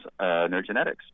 neurogenetics